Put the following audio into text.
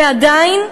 ועדיין,